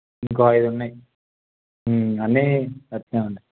ఇంకో ఐదు ఉన్నాయి అన్నీ అట్టానే ఉన్నాయి